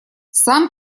сам